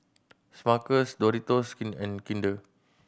Smuckers Doritos and Kinder